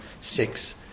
six